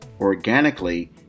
organically